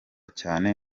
cyane